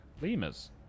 Lemurs